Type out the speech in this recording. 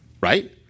right